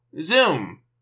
Zoom